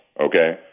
okay